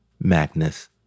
Magnus